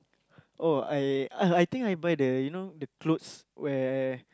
oh I I think I buy the you know clothes where